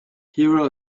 hero